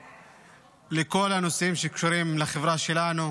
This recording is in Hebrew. וכלפי כל הנושאים שקשורים לחברה שלנו,